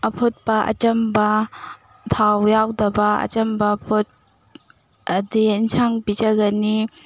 ꯑꯐꯨꯠꯄ ꯑꯆꯝꯕ ꯊꯥꯎ ꯌꯥꯎꯗꯕ ꯑꯆꯝꯕ ꯑꯗꯨꯒꯤ ꯑꯦꯟꯁꯥꯡ ꯄꯤꯖꯒꯅꯤ